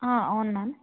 అవును మ్యామ్